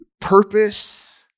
purpose